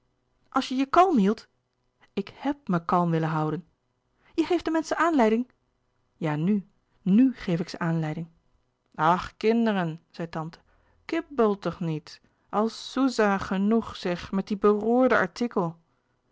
als je je kalm hieldt ik hèb mij kalm willen houden je geeft de menschen aanleiding ja nu n u geef ik ze aanleiding ach kinderen zei tante kibbèl toch niet al soesah ghenoeg seg met die beroèrrde artikel